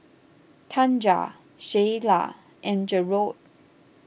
Tanja Sheyla and Jerod